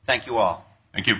thank you all thank you